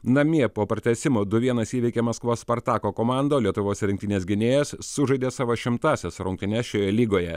namie po pratęsimo du vienas įveikė maskvos spartako komandą o lietuvos rinktinės gynėjas sužaidė savo šimtąsias rungtynes šioje lygoje